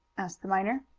asked the miner.